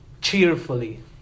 cheerfully